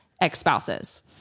ex-spouses